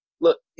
look